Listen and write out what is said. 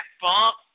bump